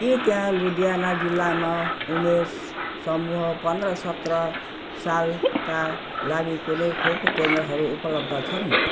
के त्यहाँ लुधियाना जिल्लामा उमेरसमूह पन्ध्र सत्र सालका लागि कुनै खोप केन्द्रहरू उपलब्ध छन्